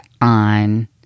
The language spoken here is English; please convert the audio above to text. on